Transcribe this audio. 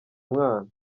umwana